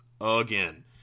again